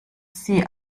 sie